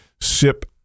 sip